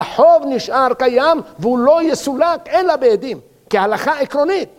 החוב נשאר קיים, והוא לא יסולק, אלא בעדים, כהלכה עקרונית.